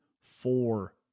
four